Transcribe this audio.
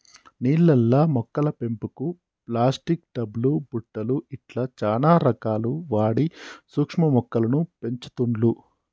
నీళ్లల్ల మొక్కల పెంపుకు ప్లాస్టిక్ టబ్ లు బుట్టలు ఇట్లా చానా రకాలు వాడి సూక్ష్మ మొక్కలను పెంచుతుండ్లు